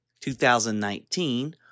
2019